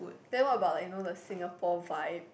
then what about like you know the Singapore vibe